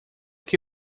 que